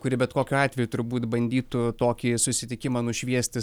kuri bet kokiu atveju turbūt bandytų tokį susitikimą nušviesti